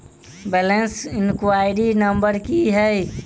Balance inquiry number की है?